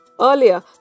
Earlier